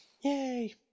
Yay